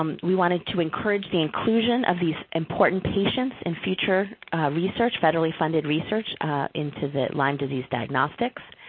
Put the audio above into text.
we wanted to encourage the inclusion of these important patients in future research, federally funded research into the lyme disease diagnostics.